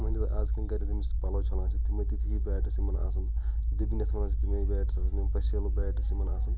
ؤنِو آز پَلو چَلان چھِ تِمے تِتھی بیٹٕس یِمَن آسان دٔبنۍ یَتھ وَنان چھِ تِمَے بیٹٕس آسان یِم پَسیلہٕ بیٹٕس یِمَن آسان